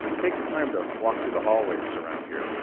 take the time to walk through the hallways around here.